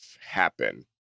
happen